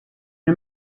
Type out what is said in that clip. een